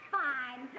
fine